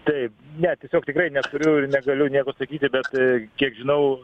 taip ne tiesiog tikrai neturiu ir negaliu nieko sakyti bet kiek žinau